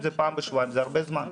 אם זה פעם בשבועיים זה הרבה זמן.